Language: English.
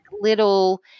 little